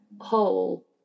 whole